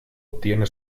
tiene